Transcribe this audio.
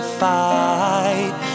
fight